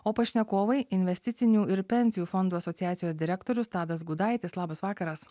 o pašnekovai investicinių ir pensijų fondų asociacijos direktorius tadas gudaitis labas vakaras